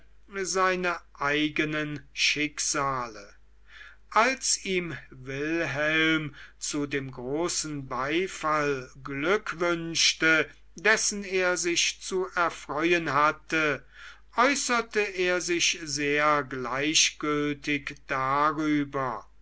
seine eigenen schicksale als ihm wilhelm zu dem großen beifall glück wünschte dessen er sich zu erfreuen hatte äußerte er sich sehr gleichgültig darüber